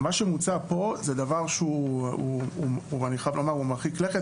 מה שמוצע פה זה דבר שהוא מרחיק לכת